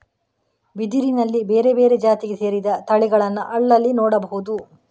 ಬಿದಿರಿನಲ್ಲಿ ಬೇರೆ ಬೇರೆ ಜಾತಿಗೆ ಸೇರಿದ ತಳಿಗಳನ್ನ ಅಲ್ಲಲ್ಲಿ ನೋಡ್ಬಹುದು